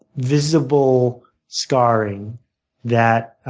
visible scarring that